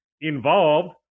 involved